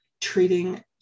treating